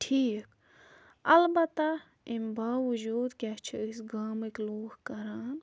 ٹھیٖک اَلبتہ اَمہِ باوجوٗد کیٛاہ چھِ أسۍ گامٕکۍ لوٗکھ کَران